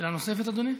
שאלה נוספת, אדוני?